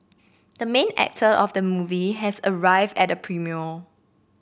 the main actor of the movie has arrived at the premiere